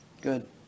Good